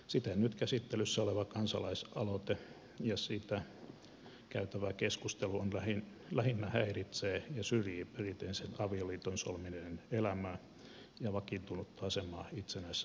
siten nyt käsittelyssä oleva kansalaisaloite ja siitä käytävä keskustelu lähinnä häiritsee ja syrjii perinteisen avioliiton solmineiden elämää ja vakiintunutta asemaa itsenäisessä valtiossa